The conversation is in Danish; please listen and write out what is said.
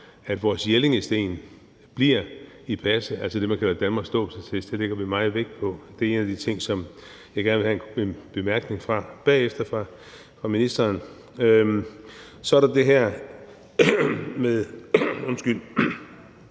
at vores Jellingsten, altså det, man kalder Danmarks dåbsattest, bliver i passet. Det lægger vi meget vægt på. Det er en af de ting, jeg gerne vil have en bemærkning om bagefter fra ministeren. Så er der det her med Palæstina,